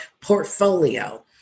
portfolio